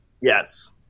Yes